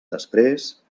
després